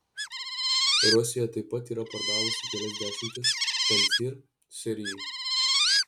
rusija taip pat yra pardavusi kelias dešimtis pancyr sirijai